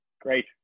Great